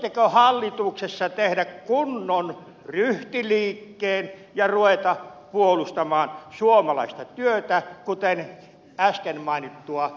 voisitteko hallituksessa tehdä kunnon ryhtiliikkeen ja ruveta puolustamaan suomalaista työtä kuten äsken mainittua turveteollisuutta